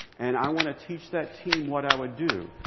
and i want to teach that team what i would do.